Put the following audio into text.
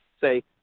say